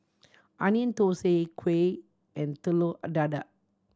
Onion Thosai kuih and telur dadah